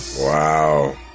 Wow